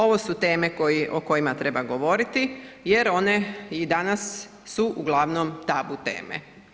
Ovo su teme o kojima treba govoriti jer one i danas su uglavnom tabu teme.